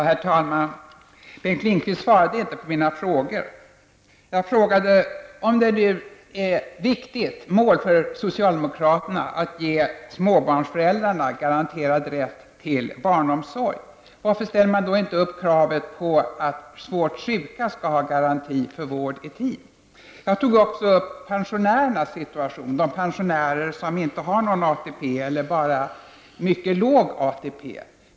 Herr talman! Bengt Lindqvist svarade inte på mina frågor. Jag frågade om det nu är ett viktigt mål för socialdemokraterna att ge småbarnsföräldrarna garanterad rätt till barnomsorg. Varför ställer man då inte upp kravet att svårt sjuka skall ha garanti för vård i tid? Jag tog också upp pensionärernas situation. Det gäller de pensionärer som inte har någon ATP eller bara mycket låg ATP.